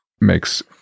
makes